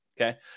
Okay